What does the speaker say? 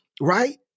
right